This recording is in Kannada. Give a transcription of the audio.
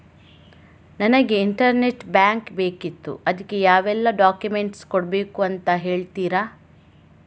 ನನಗೆ ಇಂಟರ್ನೆಟ್ ಬ್ಯಾಂಕ್ ಬೇಕಿತ್ತು ಅದಕ್ಕೆ ಯಾವೆಲ್ಲಾ ಡಾಕ್ಯುಮೆಂಟ್ಸ್ ಕೊಡ್ಬೇಕು ಅಂತ ಹೇಳ್ತಿರಾ?